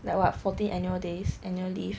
like what forty annual days annual leave